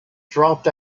dropped